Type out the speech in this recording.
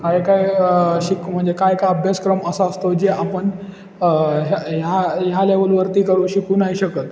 काय काय शिक म्हणजे काय काय अभ्यासक्रम असा असतो आहे जे आपण ह ह्या ह्या लेवलवरती करू शिकवू नाही शकत